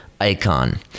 icon